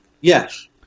Yes